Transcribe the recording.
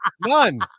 none